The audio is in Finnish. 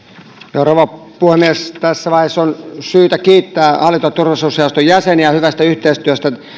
rouva puhemies tässä vaiheessa on syytä kiittää hallinto ja turvallisuusjaoston jäseniä hyvästä yhteistyöstä